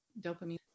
dopamine